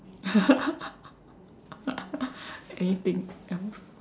anything else